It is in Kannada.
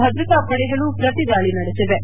ಭದ್ರತಾ ಪಡೆಗಳು ಪ್ರತಿದಾಳಿ ನಡೆಸಿವೆ